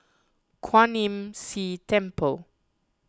Kwan Imm See Temple